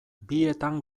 bietan